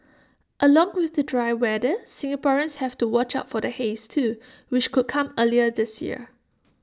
along with the dry weather Singaporeans have to watch out for the haze too which could come earlier this year